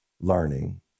learning